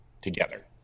together